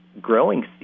growing